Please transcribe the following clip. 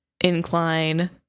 incline